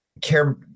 care